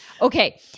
Okay